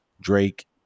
Drake